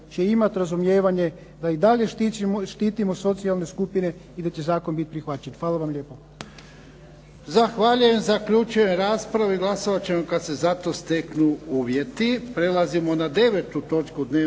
će imat razumijevanje da i dalje štitimo socijalne skupine i da će zakon bit prihvaćen. Hvala vam lijepa.